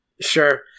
Sure